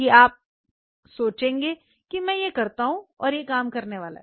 कि आप सोचें की मैं यह करता हूं और यह काम करने जा रहा है